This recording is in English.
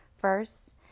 First